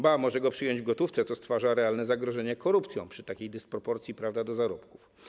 Ba, może go przyjąć w gotówce, co stwarza realne zagrożenie korupcją przy takiej dysproporcji w stosunku do zarobków.